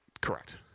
Correct